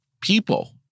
people